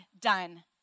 done